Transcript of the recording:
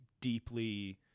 deeply